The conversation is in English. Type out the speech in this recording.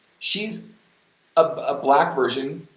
she's a black version,